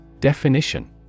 Definition